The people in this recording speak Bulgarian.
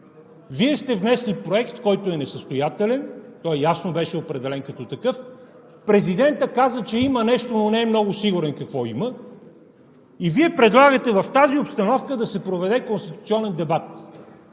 Вие сте внесли проект, който е несъстоятелен, той ясно беше определен като такъв. Президентът каза, че има нещо, но не е много сигурен какво има. И Вие предлагате в тази обстановка да се проведе конституционен дебат?